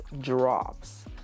drops